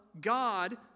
God